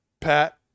Pat